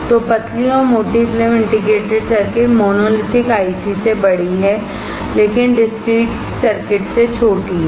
तो पतली और मोटी film integrated circuit monolithic IC से बड़ी है लेकिन डिस्क्रीट सर्किट से छोटी है